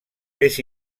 més